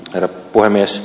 herra puhemies